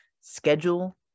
schedule